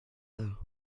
low